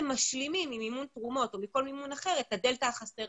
משלימים ממימון תרומות או מכל מימון אחר את הפער החסר